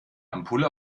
ampulle